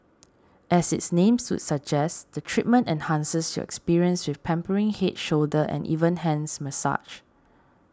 as its name would suggest the treatment enhances your experience with pampering head shoulder and even hands massage